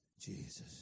Jesus